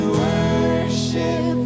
worship